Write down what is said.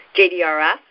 JDRF